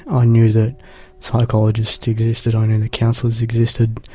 i knew that psychologists existed, i knew that councillors existed,